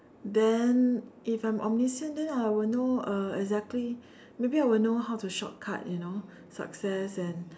then if I'm omniscient then I will know uh exactly maybe I will know how to shortcut you know success and